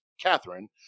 Catherine